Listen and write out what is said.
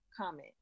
comment